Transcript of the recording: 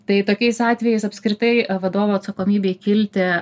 tai tokiais atvejais apskritai vadovo atsakomybei kilti